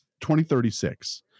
2036